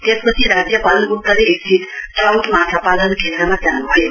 त्यसपछि राज्यपाल उत्तरे स्थित ट्राउट माछा पालन केन्द्रमा जानुभयो